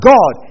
God